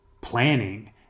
planning